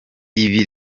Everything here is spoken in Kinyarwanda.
ibi